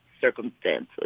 circumstances